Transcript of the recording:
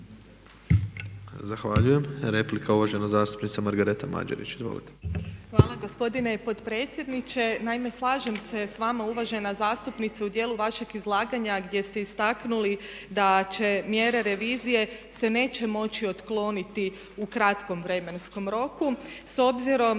Izvolite. **Mađerić, Margareta (HDZ)** Hvala gospodine potpredsjedniče. Naime, slažem se sa vama uvažena zastupnice u dijelu vašeg izlaganja gdje ste istaknuli da će mjere revizije se neće moći otkloniti u kratkom vremenskom roku s obzirom